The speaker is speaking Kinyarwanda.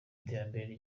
iterambere